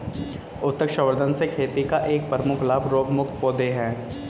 उत्तक संवर्धन से खेती का एक प्रमुख लाभ रोगमुक्त पौधे हैं